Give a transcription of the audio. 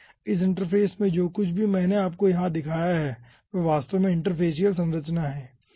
इस इंटरफ़ेस में जो कुछ भी मैंने आपको यहाँ दिखाया है वह वास्तव में इंटरफेसियल संरचना है